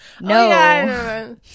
No